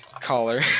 Caller